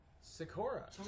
Sakura